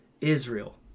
Israel